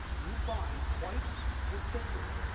you find quite consistently,